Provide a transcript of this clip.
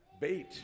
bait